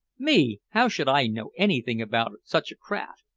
me! how should i know anything about such a craft?